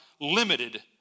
limited